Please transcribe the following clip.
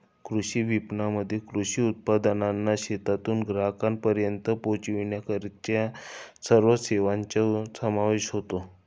कृषी विपणनामध्ये कृषी उत्पादनांना शेतातून ग्राहकांपर्यंत पोचविण्यापर्यंतच्या सर्व सेवांचा समावेश होतो